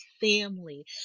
family